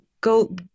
go